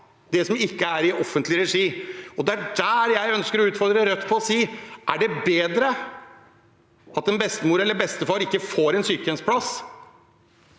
det som ikke er i offentlig regi. Det er der jeg ønsker å utfordre Rødt: Er det bedre at en bestemor eller bestefar ikke får en sykehjemsplass,